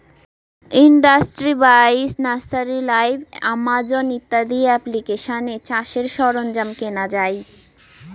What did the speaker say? industry বাইশ, nursery live, Amazon ইত্যাদি এপ্লিকেশানে চাষের সরঞ্জাম কেনা যাই